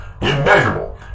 immeasurable